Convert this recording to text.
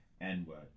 N-word